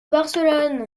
barcelone